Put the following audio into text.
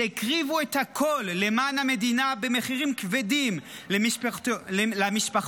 שהקריבו את הכול למען המדינה במחירים כבדים: למשפחותיהם,